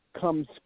comes